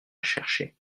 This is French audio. chercher